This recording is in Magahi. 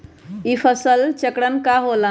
ई फसल चक्रण का होला?